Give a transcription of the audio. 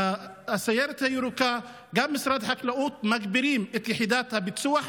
הסיירת הירוקה ומשרד החקלאות מגבירים את יחידת הביצוע,